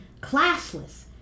classless